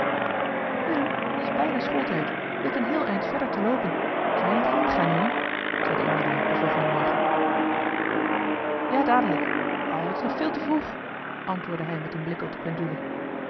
het is bijna schooltijd je hebt een heel eind verder te loopen zou je niet heengaan jongen zeide emilia den volgenden morgen ja dadelijk o t is nog veel te vroeg antwoordde hij met een blik op de